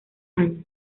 años